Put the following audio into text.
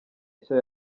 nshya